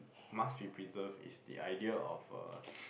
must be preserved is the idea of a